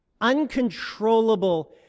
Uncontrollable